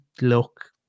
look